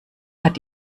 hat